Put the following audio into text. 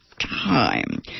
time